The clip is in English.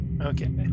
Okay